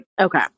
okay